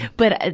but, ah